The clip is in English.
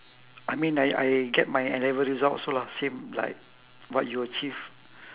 I mean I I get my N-level result also lah same like what you achieve